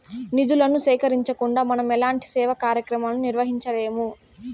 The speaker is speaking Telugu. నిధులను సేకరించకుండా మనం ఎలాంటి సేవా కార్యక్రమాలను నిర్వహించలేము